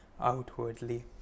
outwardly